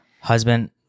Husband